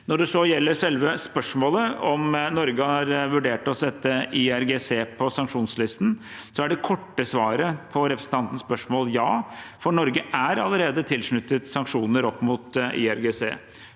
Når det gjelder selve spørsmålet om Norge har vurdert å sette IRGC på sanksjonslisten, er det korte svaret på representantens spørsmål ja. Norge er allerede til sluttet sanksjoner overfor IRGC.